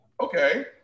Okay